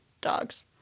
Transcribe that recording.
dogs